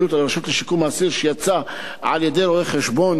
הרשות לשיקום האסיר שיצא על-ידי רואה-חשבון,